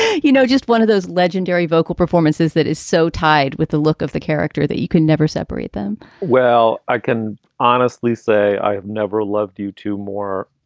you know, just one of those legendary vocal performances that is so tied with the look of the character that you can never separate them well, i can honestly say i've never loved you two more.